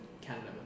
Canada